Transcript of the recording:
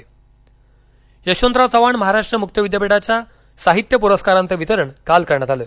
वायसीएमओय परस्कार यशवंतराव चव्हाण महाराष्ट्र मुक्त विद्यापीठाच्या साहित्य पुरस्कारांचं वितरण काल करण्यात आलं